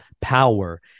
power